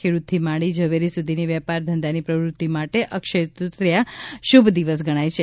ખેડૂતથી માંડી ઝવેરી સુધીની વેપારધંધાની પ્રવૃત્તિ માટે અક્ષયતૃતિયા શુભદિવસ ગણાય છે